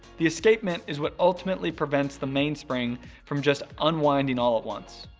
the escapement is what ultimately prevents the mainspring from just unwinding all at once.